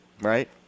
Right